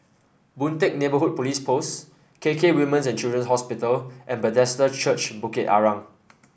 Boon Teck Neighbourhood Police Post K K Women's and Children's Hospital and Bethesda Church Bukit Arang